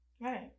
Right